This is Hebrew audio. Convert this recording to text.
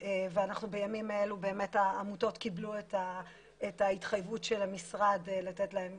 ובימים אלה העמותות קיבלו את ההתחייבות של המשרד לתת להם